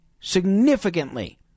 significantly